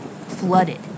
flooded